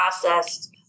processed